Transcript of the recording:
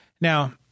Now